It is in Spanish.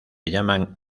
llaman